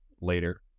later